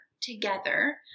together